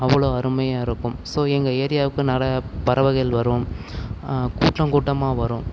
அவ்வளோ அருமையாக இருக்கும் ஸோ எங்கள் ஏரியாவுக்கு நறை பறவைகள் வரும் கூட்டம் கூட்டமாக வரும்